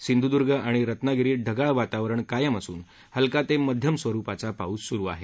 सिंधुदुर्ग आणिरत्नागिरीत ढगाळ वातावरण कायम असून हलका ते मध्यम स्वरुपाचा पाऊस सुरु आहे